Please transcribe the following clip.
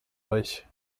euch